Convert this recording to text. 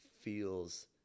feels